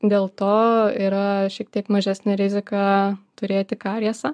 dėl to yra šiek tiek mažesnė rizika turėti kariesą